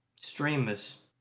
Streamers